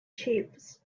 chiefs